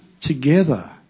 together